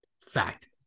Fact